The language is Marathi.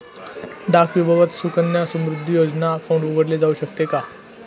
डाक विभागात सुकन्या समृद्धी योजना अकाउंट उघडले जाऊ शकते का?